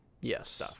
Yes